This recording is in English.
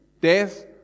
death